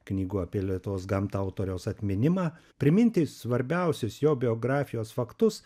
knygų apie lietuvos gamtą autoriaus atminimą priminti svarbiausius jo biografijos faktus